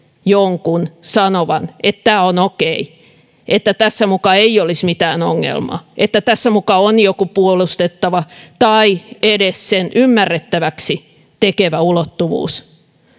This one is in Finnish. jonkun sanovan että tämä on okei että tässä muka ei olisi mitään ongelmaa että tässä muka on joku puolustettava tai edes sen ymmärrettäväksi tekevä ulottuvuus